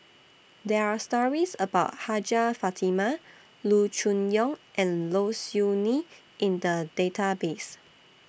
There Are stories about Hajjah Fatimah Loo Choon Yong and Low Siew Nghee in The Database